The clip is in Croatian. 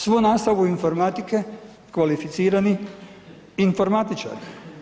Svu nastavu informatike kvalificirani informatičari?